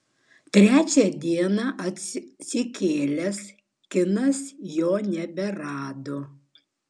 trečią dieną atsikėlęs kinas jo neberado